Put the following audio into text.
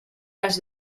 las